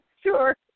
sure